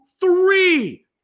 three